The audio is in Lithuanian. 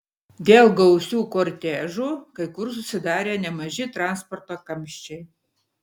dėl gausių kortežų kai kur susidarė nemaži transporto kamščiai